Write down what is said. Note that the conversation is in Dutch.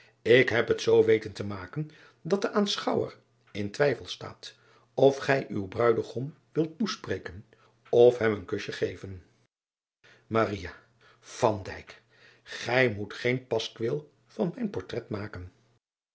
k heb het zoo weten te maken dat de aanschouwer in twijfel staat of gij uw ruidegom wilt toespreken of hem een kusje geven gij moet geen paskwil van mijn portrait maken